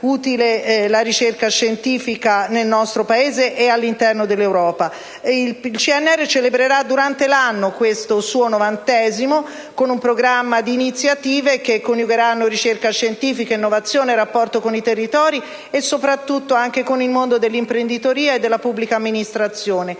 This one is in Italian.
la ricerca scientifica nel nostro Paese e all'interno dell'Europa. Il CNR celebrerà durante l'anno questo suo novantesimo anniversario con un programma di iniziative che coniugheranno ricerca scientifica, innovazione, rapporto con i territori e soprattutto con il mondo dell'imprenditoria e della pubblica amministrazione,